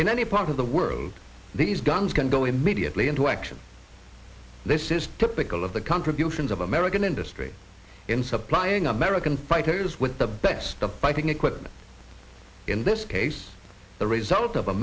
in any part of the world these guns can go immediately into action this is typical of the contributions of american industry in supplying american fighters with the best of fighting equipment in this case the result of a